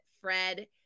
Fred